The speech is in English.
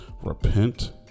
repent